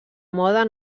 mode